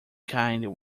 kind